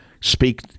speak